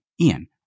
Ian